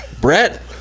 Brett